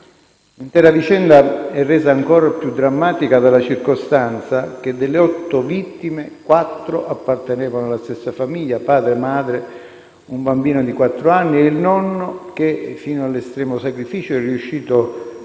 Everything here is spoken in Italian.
L'intera vicenda è resa ancora più drammatica dalla circostanza che, delle otto vittime, quattro appartenevano alla stessa famiglia (padre, madre, un bambino di quattro anni e il nonno che, fino all'estremo sacrificio, è riuscito